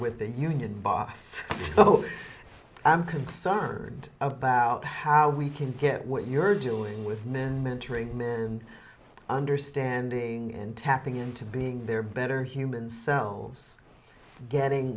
with the union boss so i'm concerned about how we can get what you're doing with men mentoring men and understanding and tapping into being their better human selves getting